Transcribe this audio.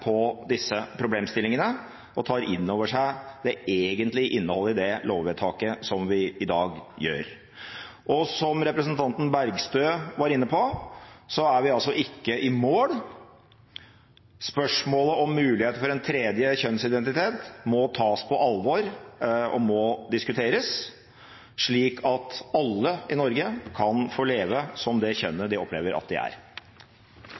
på disse problemstillingene og tar inn over seg det egentlige innholdet i det lovvedtaket som vi i dag gjør. Som representanten Bergstø var inne på, er vi ikke i mål. Spørsmålet om mulighet for en tredje kjønnsidentitet må tas på alvor og må diskuteres, slik at alle i Norge kan få leve som det kjønnet de opplever at de er.